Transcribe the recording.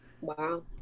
Wow